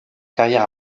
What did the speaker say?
carrière